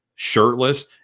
shirtless